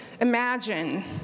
imagine